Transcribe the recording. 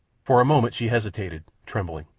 for a moment she hesitated, trembling.